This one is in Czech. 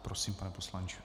Prosím, pane poslanče.